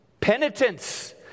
Penitence